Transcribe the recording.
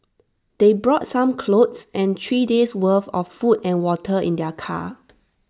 they brought some clothes and three days worth of food and water in their car